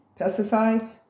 pesticides